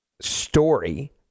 story